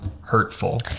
hurtful